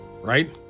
right